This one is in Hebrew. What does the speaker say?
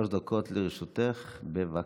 שלוש דקות לרשותך, בבקשה.